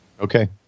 Okay